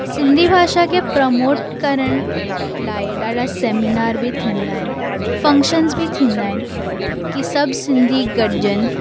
सिंधी भाषा खे प्रमोट करण लाइ ॾाढा सेमिनार बि थींदा आहिनि फंक्शन्स बि थींदा आहिनि की सभु सिंधी गॾिजनि